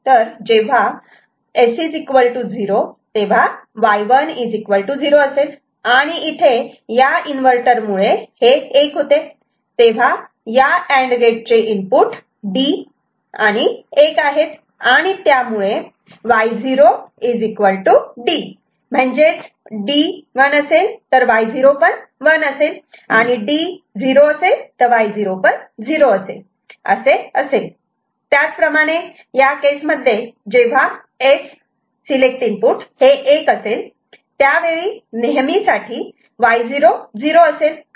तेव्हा जर S 0 तेव्हा Y1 0 असेल आणि इथे या इन्वर्टर मुळे हे 1 होते तेव्हा या अँड गेट चे इनपुट D आणि 1 आहेत आणि त्यामुळे Y0 D म्हणजेच D 1 Y0 1 आणि D 0 तर Y0 0 असे असेल आणि त्याच प्रमाणे या केसमध्ये जेव्हा S 1 त्यावेळी नेहमीसाठी Y0 0 आणि Y1 D